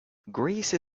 greece